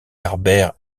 harbert